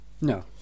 no